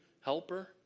helper